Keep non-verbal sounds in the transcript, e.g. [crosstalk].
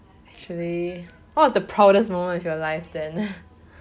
actually what was the proudest moment of your life then [laughs]